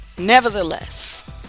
Nevertheless